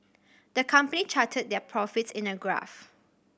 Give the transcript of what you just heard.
the company charted their profits in a graph